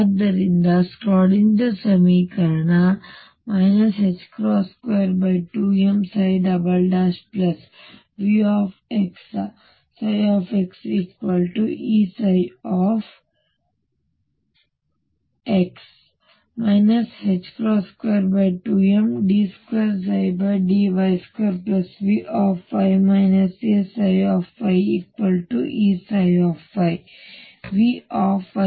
ಆದ್ದರಿಂದ ನನ್ನ ಶ್ರೋಡಿಂಗರ್ ಸಮೀಕರಣ 22mψVxxEψx ಹಾಗಾಗಿ 22md2dy2Vy ayEψy